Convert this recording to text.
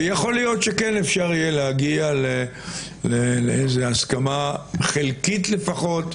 ויכול להיות שכן אפשר יהיה להגיע לאיזו הסכמה חלקית לפחות.